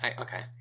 okay